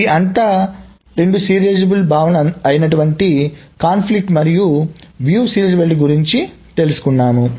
ఇది అంతా రెండు సీరియలైజబుల్ భావనల అయినటువంటి కాన్ఫ్లిక్ట్ మరియు వీక్షణ సీరియలైజబిలిటీ గురించి తెలుసుకున్నాము